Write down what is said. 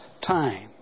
time